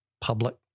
public